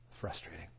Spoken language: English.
frustrating